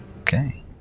Okay